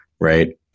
right